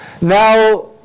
Now